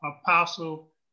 apostle